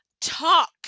talk